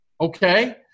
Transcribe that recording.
Okay